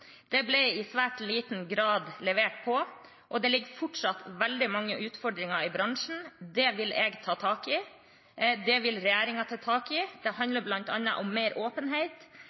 Det ble i svært liten grad levert på, og det er fortsatt veldig mange utfordringer i bransjen. Det vil jeg ta tak i, og det vil regjeringen ta tak i. Det handler bl.a. om mer åpenhet,